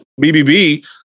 BBB